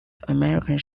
american